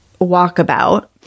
walkabout